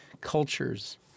cultures